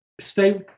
stay